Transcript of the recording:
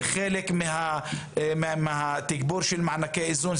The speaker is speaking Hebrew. זה חלק מהתגבור של מענקי האיזון,